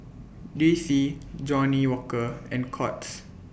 D C Johnnie Walker and Courts